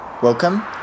Welcome